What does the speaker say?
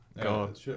God